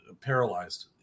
paralyzed